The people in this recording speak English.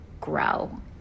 grow